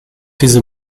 diese